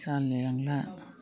जालायलांला